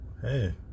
Hey